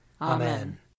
Amen